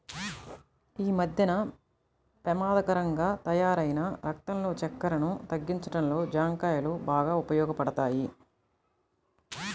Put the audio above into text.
యీ మద్దెన పెమాదకరంగా తయ్యారైన రక్తంలో చక్కెరను తగ్గించడంలో జాంకాయలు బాగా ఉపయోగపడతయ్